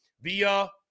via